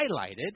highlighted